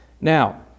Now